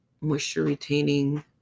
moisture-retaining